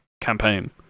campaign